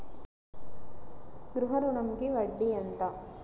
గృహ ఋణంకి వడ్డీ ఎంత?